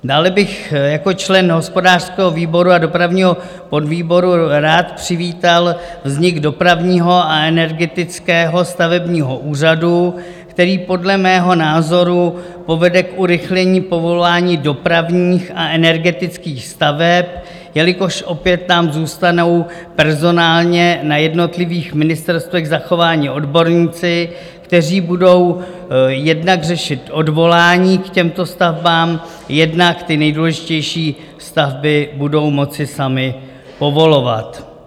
Dále bych jako člen hospodářského výboru a dopravního podvýboru rád přivítal vznik Dopravního a energetického stavebního úřadu, který podle mého názoru povede k urychlení povolání dopravních a energetických staveb, jelikož opět nám zůstanou personálně na jednotlivých ministerstvech zachováni odborníci, kteří budou jednak řešit odvolání k těmto stavbám, jednak ty nejdůležitější stavby budou moci sami povolovat.